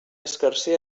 escarser